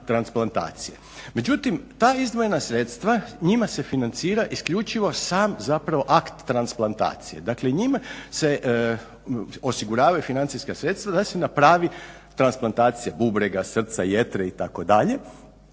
Međutim ta izdvojena sredstva, njima se financira isključivo sam zapravo akt transplantacije, dakle njime se osiguravaju financijska sredstva da se napravi transplantacija bubrega, srca, jetre itd.,